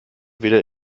wieder